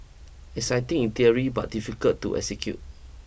exciting in theory but difficult to execute